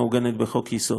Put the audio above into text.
המעוגנת בחוק-יסוד.